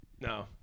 No